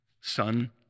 son